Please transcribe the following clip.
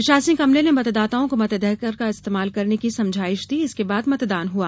प्रशासनिक अमले ने मतदाताओं को मताधिकार का इस्तेमाल करने की समझाइश दी इसके बाद मतदान हुआ